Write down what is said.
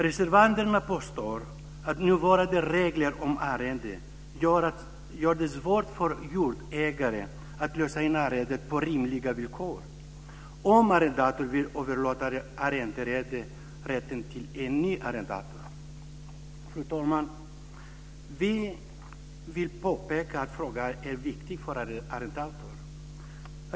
Reservanterna påstår att nuvarande regler om arrende gör det svårt för jordägare att lösa in ett arrende på rimliga villkor, om arrendatorn vill överlåta arrenderätten till en ny arrendator. Fru talman! Vi vill påpeka att frågan är viktig för arrendatorerna.